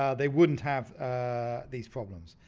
um they wouldn't have ah these problems.